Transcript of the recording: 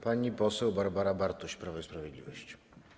Pani poseł Barbara Bartuś, Prawo i Sprawiedliwość.